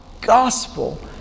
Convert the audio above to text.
gospel